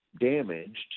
damaged